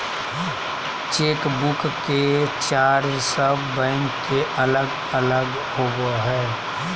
chequebook के charge सब bank के अलग अलग होबा हइ